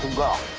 go,